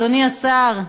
אדוני השר,